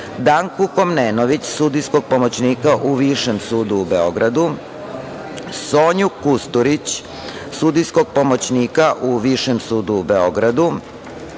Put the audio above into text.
Danku Komnenović, sudijskog pomoćnika u Višem sudu u Beogradu; Sonju Kusturić, sudijskog pomoćnika u Višem sudu u Beogradu;